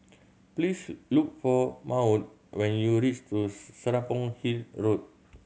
please look for Maud when you Serapong Hill Road